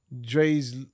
Dre's